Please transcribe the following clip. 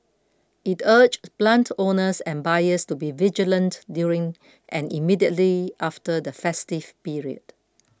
it urged plant owners and buyers to be vigilant during and immediately after the festive period